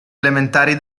elementari